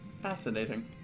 Fascinating